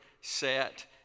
set